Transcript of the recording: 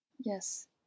yes